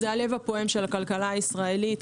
זה הלב הפועם של הכלכלה הישראלית,